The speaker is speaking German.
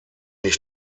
ich